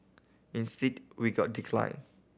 instead we got decline